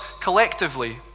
collectively